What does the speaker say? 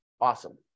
awesome